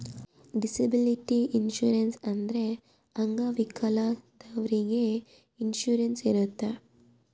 disability insurance ಅಂದ್ರೆ ಅಂಗವಿಕಲದವ್ರಿಗೆ insurance ಇರುತ್ತೆ